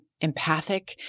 empathic